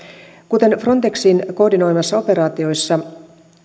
kuten frontexin koordinoimissa operaatioissa